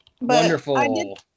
Wonderful